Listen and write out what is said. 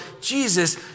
Jesus